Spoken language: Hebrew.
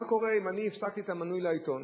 מה קורה אם אני הפסקתי את המינוי על העיתון,